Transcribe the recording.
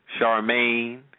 Charmaine